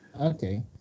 Okay